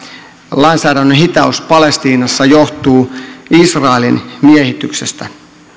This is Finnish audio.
lainsäädännön hitaus palestiinassa johtuu israelin miehityksestä